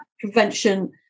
prevention